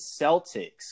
Celtics